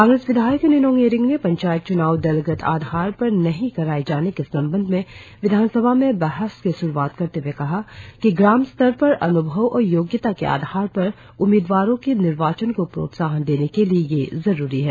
कांग्रेस विधायक निनोंग इरिंग ने पंचायत च्नाव दलगत आधार पर नहीं काराएं जाने के संबंध में विधानसभा में बहस की श्राआत करते हए कहा कि ग्राम स्तर पर अन्भव और योग्यता के आधार पर उम्मीदवारों के निर्वाचन को प्रोत्साहन देने के लिए यह जरुरी है